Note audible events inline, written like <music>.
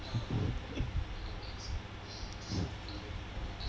<laughs>